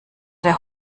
der